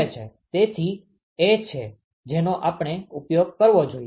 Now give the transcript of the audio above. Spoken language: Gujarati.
તેથી ∆Tlmtd એ છે જેનો આપણે ઉપયોગ કરવો જોઈએ